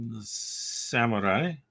Samurai